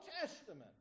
Testament